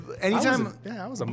anytime